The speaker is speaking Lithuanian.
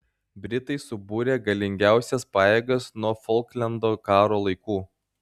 britai subūrė galingiausias pajėgas nuo folklendo karo laikų